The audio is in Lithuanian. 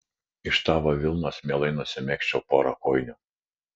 iš tavo vilnos mielai nusimegzčiau porą kojinių